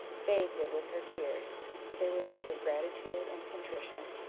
bathed it with her tears they were those of gratitude and contrition.